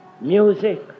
music